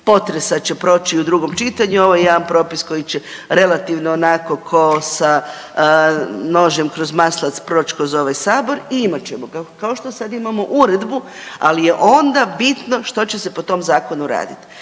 potresa će proći u drugom čitanju. Ovo je jedan propis koji će relativno onako ko sa nožem kroz maslac proći kroz ovaj sabor i imat ćemo ga kao što sad imamo uredbu, ali je onda bitno što će se po tom zakonu raditi.